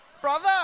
Brother